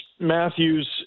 Matthews